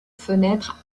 fenêtre